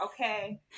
okay